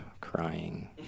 crying